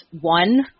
one